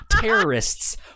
terrorists